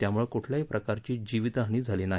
त्यामुळे कुठल्याही प्रकारची जिवीत हानी झाली नाही